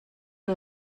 you